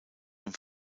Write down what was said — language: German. dem